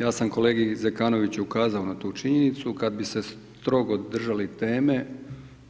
Ja sam kolegi Zekanoviću ukazao na tu činjenicu, kad bi se strogo držali teme,